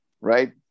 right